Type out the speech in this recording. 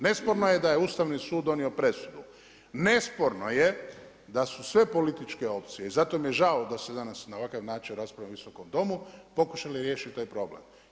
Nesporno je da je Ustavni sud donio presudu, nesporno je da su sve političke opcije i zato mi je žao da se na ovakav način raspravlja u visokom Domu, pokušali riješiti taj problem.